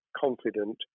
confident